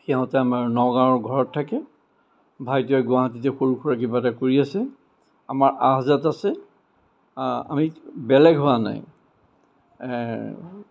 সিহঁতে আমাৰ নগাঁৱৰ ঘৰত থাকে ভাইটিয়ে গুৱাহাটীতে সৰু সুৰা কিবা এটা কৰি আছে আমাৰ আহ যাত আছে আমি বেলেগ হোৱা নাই